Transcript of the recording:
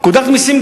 פקודת מסים,